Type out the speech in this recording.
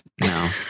no